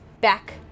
back